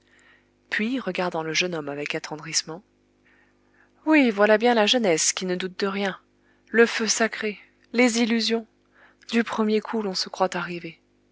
puis regardant le jeune homme avec attendrissement oui voilà bien la jeunesse qui ne doute de rien le feu sacré les illusions du premier coup l'on se croit arrivé